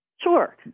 Sure